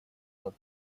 над